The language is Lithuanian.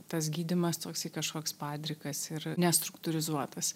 tas gydymas toksai kažkoksai padrikas ir nestruktūrizuotas